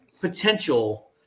potential